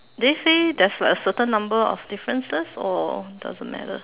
they say there's like a certain number of differences or doesn't matter